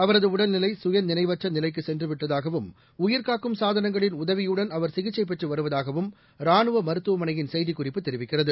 அவரது உடல்நிலை சுயநினைவற்ற நிலைக்கு சென்றுவிட்டதாகவும் உயிர்காக்கும் சாதனங்களின் உதவியுடன் அவர் சிகிச்சை பெற்று வருவதாகவும் ரானுவ மருத்துவமனையின் செய்திக் குறிப்பு தெரிவிக்கிறது